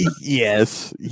Yes